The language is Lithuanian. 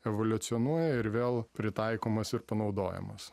evoliucionuoja ir vėl pritaikomas ir panaudojamas